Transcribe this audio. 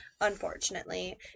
Unfortunately